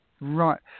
Right